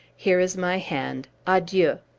here is my hand! adieu!